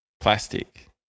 plastic